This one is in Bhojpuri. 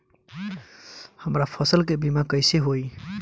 हमरा फसल के बीमा कैसे होई?